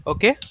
Okay